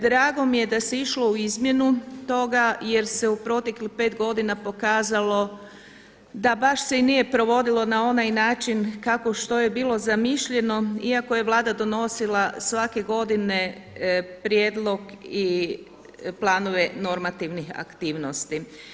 Drago mi je da se išlo u izmjenu toga jer se u proteklih pet godina pokazalo da baš se i nije provodilo na onaj način kako što je bilo zamišljeno iako je Vlada donosila svake godine prijedlog i planove normativnih aktivnosti.